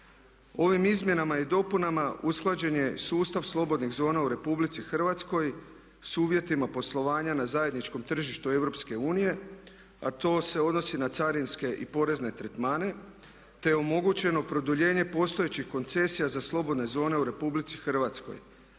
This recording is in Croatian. Ovim izmjenama i dopunama usklađen je sustav slobodnih zona u Republici Hrvatskoj s uvjetima poslovanja na zajedničkom tržištu EU, a to se odnosi na carinske i porezne tretmane, te je omogućeno produljenje postojećih koncesija za slobodne zone u Republici Hrvatskoj,